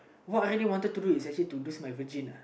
what I really wanted to do is actually to lose my virgin uh